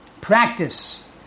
practice